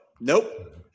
nope